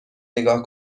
نگاه